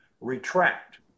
retract